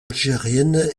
algérienne